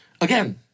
Again